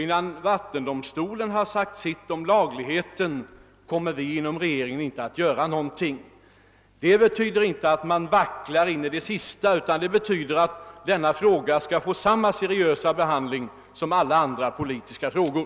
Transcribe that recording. Innan vattendomstolen har sagt sitt om lagligheten kommer vi inte att göra någonting inom regeringen. Detta betyder emellertid inte att vi vacklar in i det sista, utan det betyder bara att denna fråga skall få samma seriösa behandling som alla andra frågor.